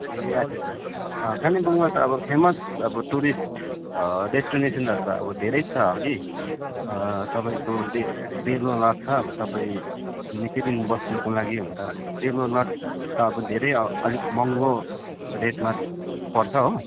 ए अच्छा छा कालिम्पोङमा त अब फेमस अब टुरिस्ट डेस्टिनेसनहरू त अब धेरै छ हगि तपाईँको डेल डेलो लज छ अब तपाईँ निकै दिन बस्नुको लागि हो भने त अब डेलो लज त अब धेरै अलिक महँगो रेटमा पर्छ हो